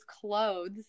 clothes